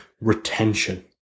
Retention